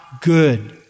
good